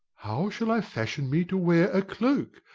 how shall i fashion me to wear a cloak?